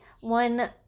one